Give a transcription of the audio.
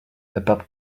about